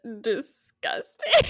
disgusting